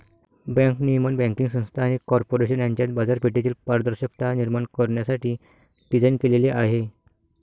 bank नियमन बँकिंग संस्था आणि कॉर्पोरेशन यांच्यात बाजारपेठेतील पारदर्शकता निर्माण करण्यासाठी डिझाइन केलेले आहे